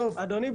אדוני,